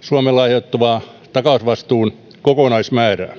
suomelle aiheutuvaa takausvastuun kokonaismäärää